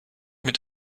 mit